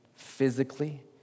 physically